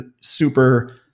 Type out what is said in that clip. super